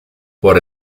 por